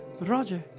Roger